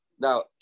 Now